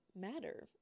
matter